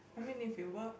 I mean if you work